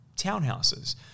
townhouses